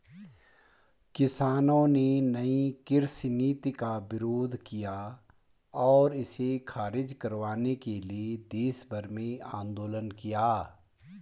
किसानों ने नयी कृषि नीति का विरोध किया और इसे ख़ारिज करवाने के लिए देशभर में आन्दोलन किया